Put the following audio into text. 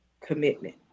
commitment